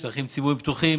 שטחים ציבוריים פתוחים,